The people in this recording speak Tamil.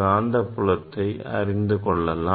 காந்தப்புலத்தை அறிந்து கொள்ளலாம்